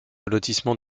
lotissement